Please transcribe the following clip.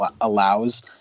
allows